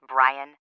Brian